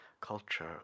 culture